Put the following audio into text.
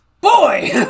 boy